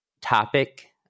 topic